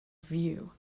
view